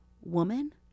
woman